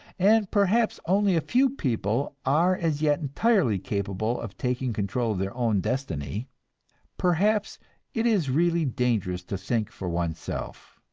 and perhaps only a few people are as yet entirely capable of taking control of their own destiny perhaps it is really dangerous to think for oneself!